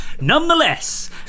Nonetheless